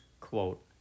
quote